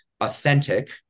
authentic